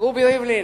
רובי ריבלין,